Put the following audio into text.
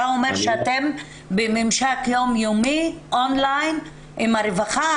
אתה אומר שאתם בממשק יום-יומי "און-ליין" עם הרווחה,